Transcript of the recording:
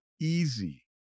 Easy